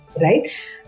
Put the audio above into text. right